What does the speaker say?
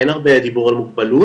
אין הרבה דיבור על מוגבלות,